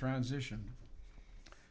transition